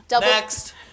Next